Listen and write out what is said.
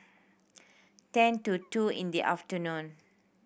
ten to two in the afternoon